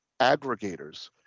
aggregators